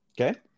Okay